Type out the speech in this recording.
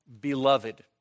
beloved